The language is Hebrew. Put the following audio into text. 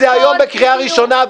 את זה היום בקריאה ראשונה -- בדיוק.